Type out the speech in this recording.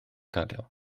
gadael